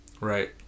Right